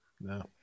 No